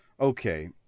Okay